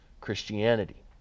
Christianity